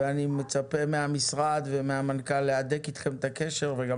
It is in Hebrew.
ואני מצפה מהמשרד ומהמנכ"ל להדק איתכם את הקשר וגם